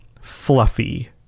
Fluffy